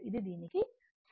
ఇది దీనికి సమాధానం